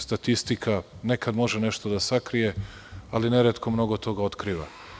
Statistika nekad može nešto da sakrije, ali neretko mnogo toga otkriva.